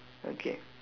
okay